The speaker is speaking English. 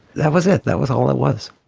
that was it, that was all it was.